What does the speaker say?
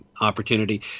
opportunity